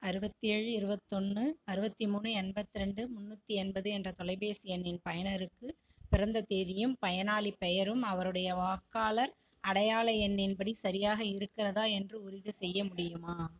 அறுபத்தி ஏழு இருபத்தொன்னு அறுபத்தி மூணு எண்பத்ரெண்டு முன்னூற்றி எண்பது என்ற தொலைபேசி எண்ணின் பயனருக்கு பிறந்த தேதியும் பயனாளிப் பெயரும் அவருடைய வாக்காளர் அடையாள எண்ணின் படி சரியாக இருக்கிறதா என்று உறுதிசெய்ய முடியுமா